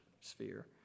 sphere